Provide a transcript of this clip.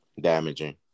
damaging